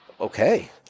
Okay